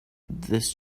this